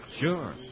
Sure